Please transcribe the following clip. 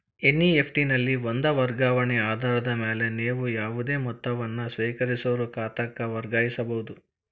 NEFT ನಲ್ಲಿ ಒಂದ ವರ್ಗಾವಣೆ ಆಧಾರದ ಮ್ಯಾಲೆ ನೇವು ಯಾವುದೇ ಮೊತ್ತವನ್ನ ಸ್ವೇಕರಿಸೋರ್ ಖಾತಾಕ್ಕ ವರ್ಗಾಯಿಸಬಹುದ್